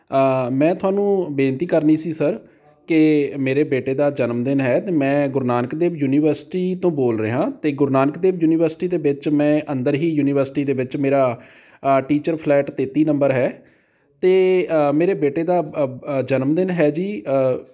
ਮੈਂ ਤੁਹਾਨੂੰ ਬੇਨਤੀ ਕਰਨੀ ਸੀ ਸਰ ਕਿ ਮੇਰੇ ਬੇਟੇ ਦਾ ਜਨਮਦਿਨ ਹੈ ਅਤੇ ਮੈਂ ਗੁਰੂ ਨਾਨਕ ਦੇਵ ਯੂਨੀਵਰਸਿਟੀ ਤੋਂ ਬੋਲ ਰਿਹਾ ਅਤੇ ਗੁਰੂ ਨਾਨਕ ਦੇਵ ਯੂਨੀਵਰਸਿਟੀ ਦੇ ਵਿੱਚ ਮੈਂ ਅੰਦਰ ਹੀ ਯੂਨੀਵਰਸਿਟੀ ਦੇ ਵਿੱਚ ਮੇਰਾ ਟੀਚਰ ਫਲੈਟ ਤੇਤੀ ਨੰਬਰ ਹੈ ਅਤੇ ਮੇਰੇ ਬੇਟੇ ਦਾ ਜਨਮਦਿਨ ਹੈ ਜੀ